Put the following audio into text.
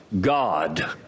God